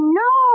no